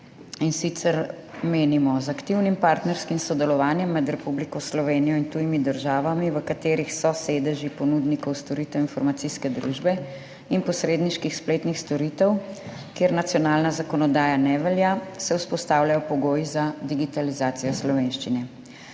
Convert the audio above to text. in sicer menimo, da se z aktivnim partnerskim sodelovanjem med Republiko Slovenijo in tujimi državami, v katerih so sedeži ponudnikov storitev informacijske družbe in posredniških spletnih storitev, kjer nacionalna zakonodaja ne velja, vzpostavljajo pogoji za digitalizacijo slovenščine.